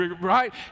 Right